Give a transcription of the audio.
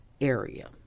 area